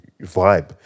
vibe